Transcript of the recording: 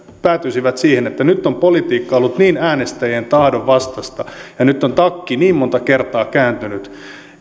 päätyisivät siihen että nyt on politiikka ollut niin äänestäjien tahdon vastaista ja nyt on takki niin monta kertaa kääntynyt